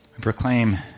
proclaim